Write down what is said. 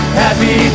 happy